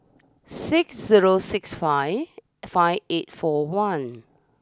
six zero six five five eight four one